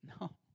No